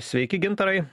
sveiki gintarai